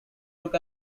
took